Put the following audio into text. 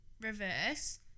reverse